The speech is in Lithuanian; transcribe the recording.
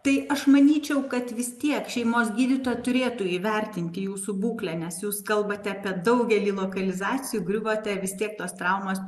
tai aš manyčiau kad vis tiek šeimos gydytoja turėtų įvertinti jūsų būklę nes jūs kalbate apie daugelį lokalizacijų griuvote vis tiek tos traumos